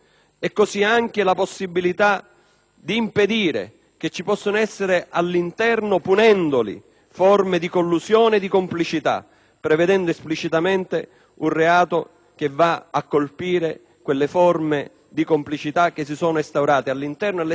di impedire che ci possano essere all'interno, punendoli, forme di collusione e di complicità, prevedendo esplicitamente un reato che va a colpire quelle forme di complicità che si sono instaurate all'interno ed all'esterno per aggirare il 41-*bis*.